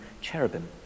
cherubim